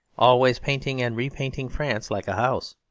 always painting and repainting france like a house.